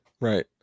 Right